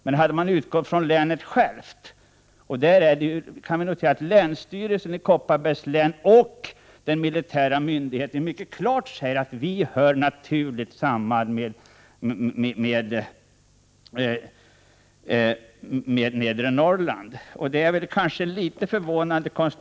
Men länsstyrelsen i Kopparbergs län och den militära myndigheten säger mycket klart att ”vi hör naturligt samman med Nedre Norrland”.